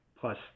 plus